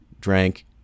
drank